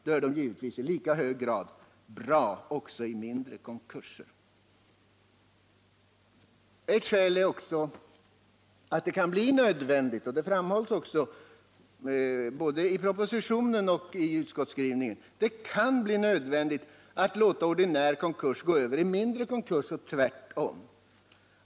Då är de givetvis i lika hög grad bra vid mindre konkurser. Ett skäl är också att det kan bli nödvändigt, vilket också framhålls både i propositionen och i utskottsbetänkandet, att låta en ordinär konkurs gå över i en mindre konkurs och tvärtom.